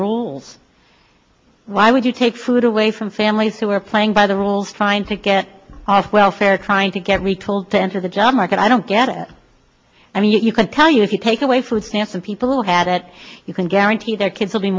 rules why would you take food away from families who are playing by the rules trying to get off welfare trying to get re told to enter the job market i don't get it i mean you can tell you if you take away food stamps and people who had it you can guarantee their kids will be